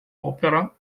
opera